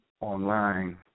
online